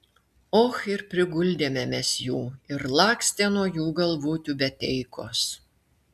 och ir priguldėme mes jų ir lakstė nuo jų galvų tiubeteikos